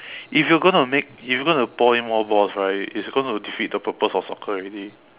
if you're gonna make if you're gonna pour in more balls right it's gonna defeat the purpose of soccer already